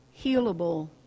healable